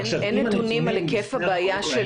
אין נתונים על היקף הבעיה?